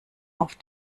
auf